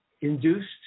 induced